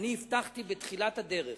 אני הבטחתי בתחילת הדרך